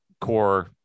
core